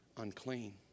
unclean